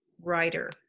writer